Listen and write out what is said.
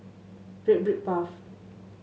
Red Brick Path